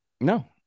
No